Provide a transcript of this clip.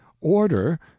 order